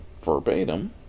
verbatim